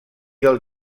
del